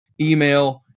email